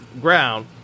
ground